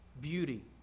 beauty